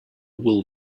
wool